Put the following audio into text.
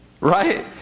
Right